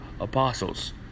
apostles